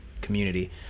community